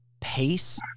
pace